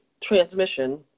transmission